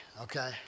okay